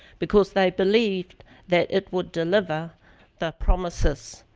because they believed that it would deliver the promises